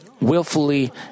Willfully